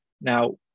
Now